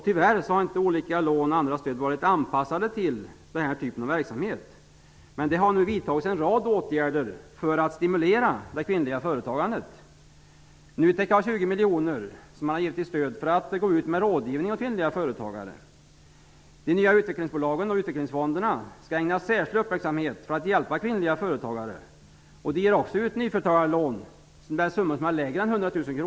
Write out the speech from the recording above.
Tyvärr har olika lån och stöd inte varit anpassade till denna typ av verksamhet. Nu har det vidtagits en rad åtgärder för att stimulera det kvinnliga företagandet. NUTEK har 20 miljoner för att gå ut med rådgivning åt kvinnliga företagare. De nya utvecklingsbolagen och utvecklingsfonderna skall ägna särskild uppmärksamhet åt att hjälpa kvinnliga företagare. De ger också nyföretagarlån upp till 100 000 kr.